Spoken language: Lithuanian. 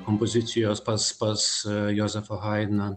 kompozicijos pas pas jozefą haidną